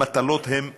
המטלות הן נוראיות.